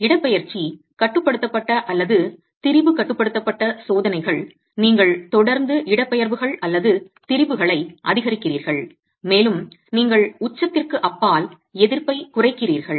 இடப்பெயர்ச்சி கட்டுப்படுத்தப்பட்ட அல்லது திரிபு கட்டுப்படுத்தப்பட்ட சோதனைகள் நீங்கள் தொடர்ந்து இடப்பெயர்வுகள் அல்லது திரிபுகளை அதிகரிக்கிறீர்கள் மேலும் நீங்கள் உச்சத்திற்கு அப்பால் எதிர்ப்பைக் குறைக்கிறீர்கள்